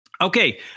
Okay